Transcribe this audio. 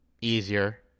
easier